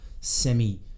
semi